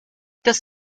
das